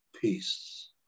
peace